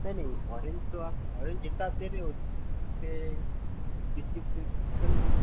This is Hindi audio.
नहीं नहीं ऑरेंज तो आप ऑरेंज